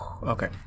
okay